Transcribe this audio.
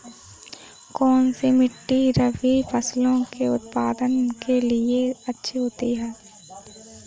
कौनसी मिट्टी रबी फसलों के उत्पादन के लिए अच्छी होती है?